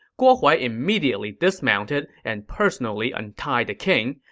guo huai immediately dismounted and personally untied the king.